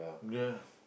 yeah